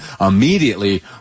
immediately